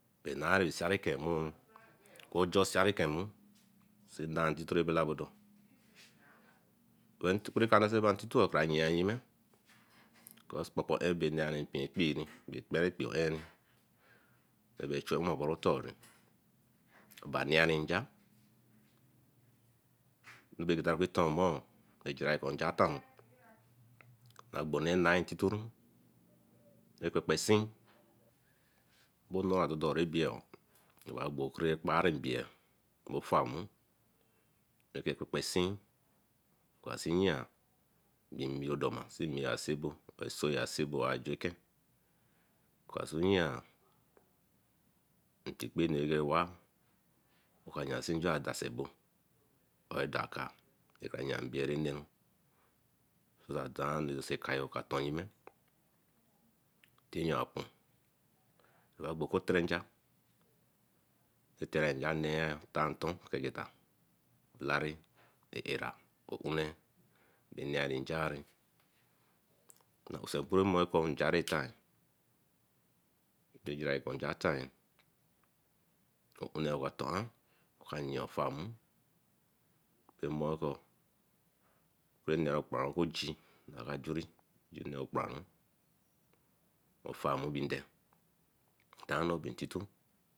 Bay nary sereke moro sey nah intito ray bela bado well kuru ca neh bah intito aa yereba yimo cespopo yin epin ekpie kperin oneinru ma bay chu gwanru otor bar nairing njar dara begetar rah tor omor bar jirar co njar atanru. Bar gbo nne ray na intitoru akpepesin bor nor areh kparing imbea akpepesin asin yea so imeo donar se imeo a see-abo or ajueken ka see yea imkpikpe nu rah wah or a darka eka yiya imbea rah neru akayo ka ton. Yime tin ya apon okotronja ke tronja neiru tar nto egeta olari, Eēra, oonee bey nearu nja. Nsekpuru wen ko nja rah tanru bajirari okatuan oka yia ofar moō berako oka nee okparan won ofor moõ tin dein. Daeno been intito.